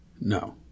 No